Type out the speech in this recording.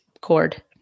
cord